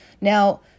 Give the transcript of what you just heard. Now